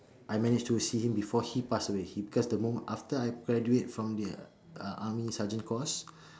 I managed to see him before he pass away he cause the moment after I graduate from the uh army sergeant course